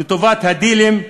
לטובת הדילים,